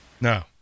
No